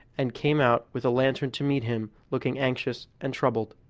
and came out with a lantern to meet him, looking anxious and troubled.